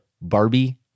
Barbie